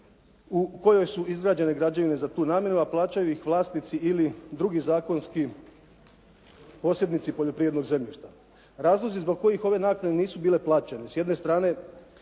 u kojoj su izgrađene građevine za tu namjenu, a plaćaju ih vlasnici ili drugi zakonski posjednici poljoprivrednog zemljišta. Razlozi zbog kojih ove naknade nisu bile plaćene, s jedne strane